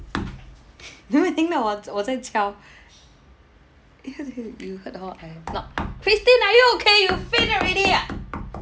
你有没有听到我在敲 qiao you heard hor I knock christine are you okay you faint already ah